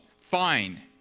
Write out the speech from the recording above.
Fine